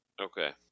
Okay